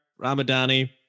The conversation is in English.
ramadani